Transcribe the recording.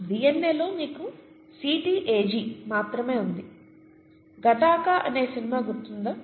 డిఎన్ఏలో మీకు సిటీఏజి మాత్రమే ఉంది గట్టాకా అనే సినిమా గుర్తుందా